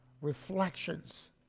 reflections